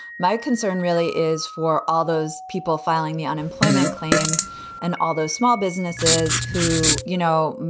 my concern really is for all those people filing the unemployment claims and all those small businesses who, you know,